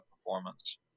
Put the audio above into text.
performance